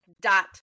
dot